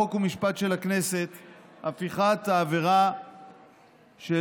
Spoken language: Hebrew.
חוק ומשפט של הכנסת את הפיכת העבירה של